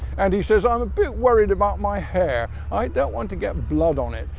and he says i'm a bit worried about my hair, i don't want to get blood on it,